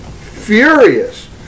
furious